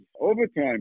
overtime